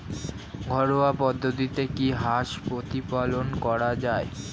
ঘরোয়া পদ্ধতিতে কি হাঁস প্রতিপালন করা যায়?